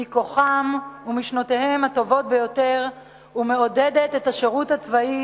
מכוחם ומשנותיהם הטובות ביותר ומעודדת את השירות הצבאי,